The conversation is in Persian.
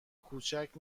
کوچک